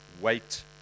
wait